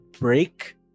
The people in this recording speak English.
break